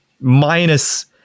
minus